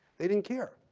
they didn't care.